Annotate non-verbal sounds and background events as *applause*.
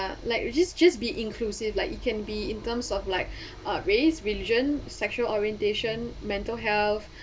like just just be inclusive like it can be in terms of like *breath* uh race religion sexual orientation mental health